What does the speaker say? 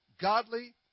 godly